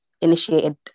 initiated